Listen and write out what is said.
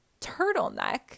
turtleneck